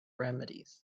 remedies